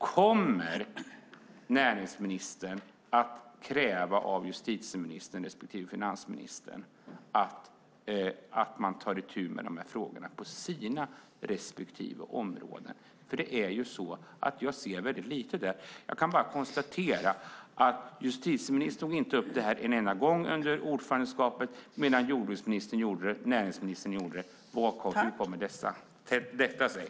Kommer näringsministern att kräva av justitieministern respektive finansministern att de tar itu med frågorna på sina respektive områden? Jag ser väldigt lite där. Jag kan bara konstatera att justitieministern inte tog upp detta en enda gång under ordförandeskapet, medan jordbruksministern och näringsministern gjorde det. Hur kommer det sig?